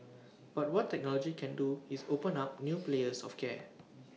but what technology can do is open up new players of care